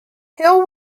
hill